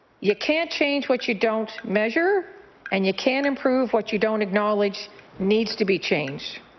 you can't change what you don't measure and you can't improve what you don't acknowledge needs to be changed.